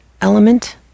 element